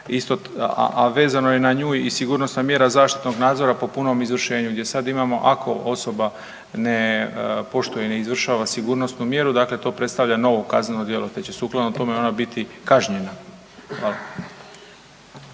a vezano je i na nju i sigurnosna mjera zaštitnog nadzora po punom izvršenju gdje sad imamo ako osoba ne poštuje ne izvršava sigurnosnu mjeru, dakle to predstavlja novo kazneno djelo te će sukladno tome ona biti kažnjena. Hvala.